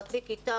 חצי כיתה,